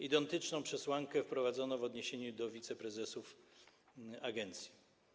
Identyczną przesłankę wprowadzono w odniesieniu do wiceprezesów agencji.